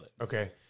Okay